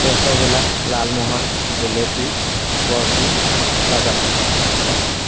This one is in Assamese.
ৰসগোল্লা লালমোহন জেলেপী বৰ্ফি গজা